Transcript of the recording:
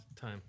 time